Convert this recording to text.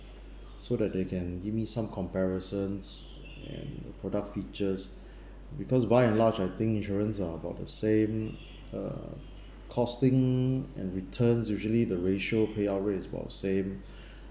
so that they can give me some comparisons and the product features because by and large I think insurance are about the same uh costing and returns usually the ratio payout rates is about the same